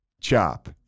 Chop